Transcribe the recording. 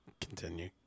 Continue